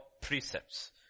precepts